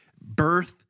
birth